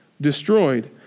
destroyed